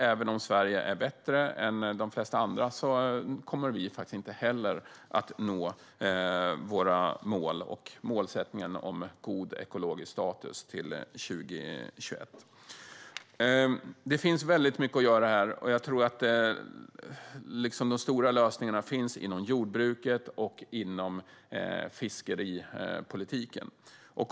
Även om Sverige är bättre än de flesta andra kommer vi inte heller att nå målen om en god ekologisk status till 2021. Det finns väldigt mycket att göra här. De stora lösningarna finns nog inom jordbruket och fiskeripolitiken.